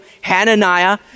Hananiah